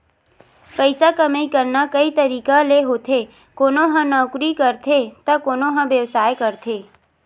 पइसा कमई करना कइ तरिका ले होथे कोनो ह नउकरी करथे त कोनो ह बेवसाय करथे